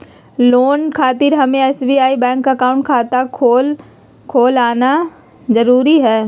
Loan खातिर हमें SBI bank account खाता खोल आना जरूरी है?